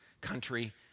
country